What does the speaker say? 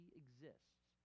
exists